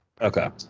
Okay